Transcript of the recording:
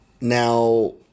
Now